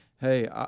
hey